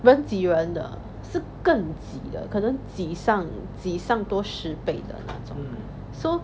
人挤人的是更挤的可能挤上挤上多十倍的 so